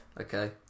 Okay